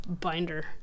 binder